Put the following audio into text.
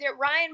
Ryan